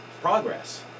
progress